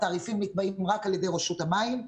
התעריפים נקבעים רק על ידי רשות המים,